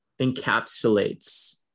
encapsulates